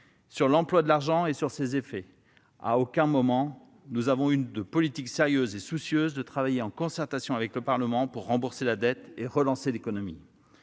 sur l'emploi de l'argent et sur ses effets. À aucun moment n'ont été proposés une politique sérieuse et un travail de concertation avec le Parlement pour rembourser la dette et relancer l'économie.